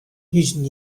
huzen